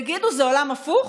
תגידו, זה עולם הפוך?